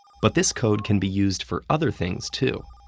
but this code can be used for other things, too,